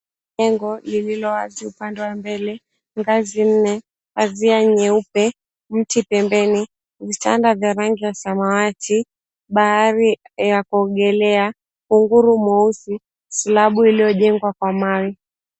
Jengo lililowazi upande wa mbele, ngazi nne, pazia nyeupe, mti pembeni, vitanda vya rangi ya samawati, bahari ya kuogelea, kunguru mweusi, slab iliyojengwa kwa mawe.